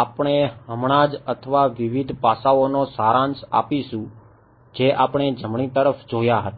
આપણે હમણાં જ અથવા વિવિધ પાસાઓનો સારાંશ આપીશું જે આપણે જમણી તરફ જોયા હતા